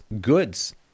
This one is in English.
goods